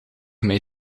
mij